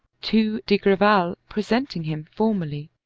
to de grival, presenting him formally?